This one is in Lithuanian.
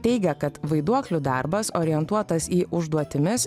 teigia kad vaiduoklių darbas orientuotas į užduotimis